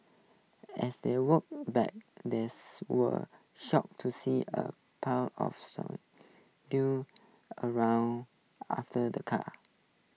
as they walked back these were shocked to see A pack of some due around after the car